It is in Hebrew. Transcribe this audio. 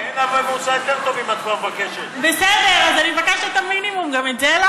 כן, אבל הממוצע יותר טוב, אם כבר את מבקשת.